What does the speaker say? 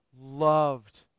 loved